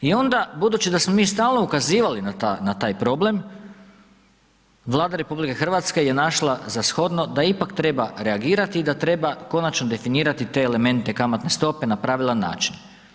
I onda budući da smo mi stalno ukazivali na taj problem Vlada RH je našla za shodno da ipak treba reagirati i da treba konačno definirati te elemente kamatne stope na pravila način.